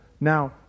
Now